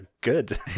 good